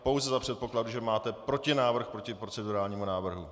Pouze za předpokladu, že máte protinávrh proti procedurálnímu návrhu.